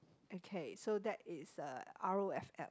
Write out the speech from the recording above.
okay so that is uh r_o_f_l